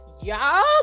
y'all